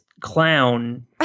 clown